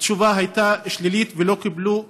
התשובה הייתה שלילית, והם לא קיבלו מעונות,